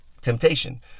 temptation